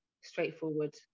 straightforward